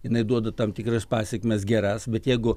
jinai duoda tam tikras pasekmes geras bet jeigu